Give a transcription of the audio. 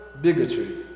bigotry